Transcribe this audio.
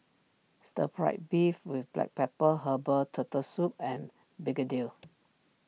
Stir Fried Beef with Black Pepper Herbal Turtle Soup and Begedil